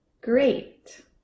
great